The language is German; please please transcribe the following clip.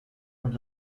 und